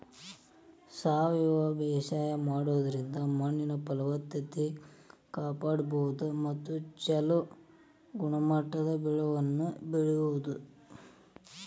ಸಾವಯವ ಬೇಸಾಯ ಮಾಡೋದ್ರಿಂದ ಮಣ್ಣಿನ ಫಲವತ್ತತೆ ಕಾಪಾಡ್ಕೋಬೋದು ಮತ್ತ ಚೊಲೋ ಗುಣಮಟ್ಟದ ಬೆಳೆಗಳನ್ನ ಬೆಳಿಬೊದು